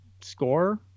score